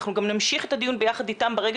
אנחנו גם נמשיך את הדיון ביחד איתם ברגע